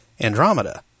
Andromeda